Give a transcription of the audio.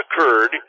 occurred